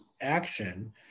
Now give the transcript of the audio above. action